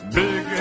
big